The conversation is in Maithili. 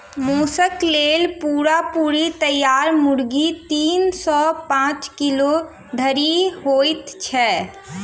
मौसक लेल पूरा पूरी तैयार मुर्गी तीन सॅ पांच किलो धरि होइत छै